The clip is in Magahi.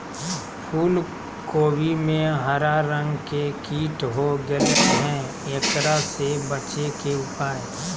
फूल कोबी में हरा रंग के कीट हो गेलै हैं, एकरा से बचे के उपाय?